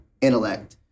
intellect